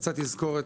תזכורת.